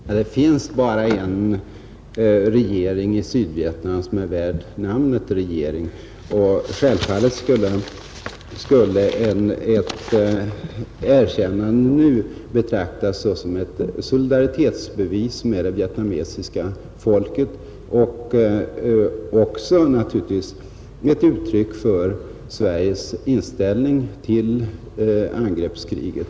Fru talman! Det finns bara en regering i Sydvietnam som är värd namnet regering, och självfallet skulle ett erkännande nu betraktas som ett solidaritetsbevis gentemot det vietnamesiska folket och naturligtvis även som ett uttryck för Sveriges inställning till angreppskriget.